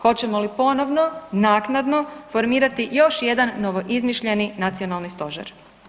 Hoćemo li ponovno naknadno formirati još jedan novoizmišljeni nacionalni stožer?